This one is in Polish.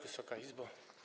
Wysoka Izbo!